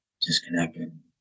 disconnected